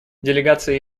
делегация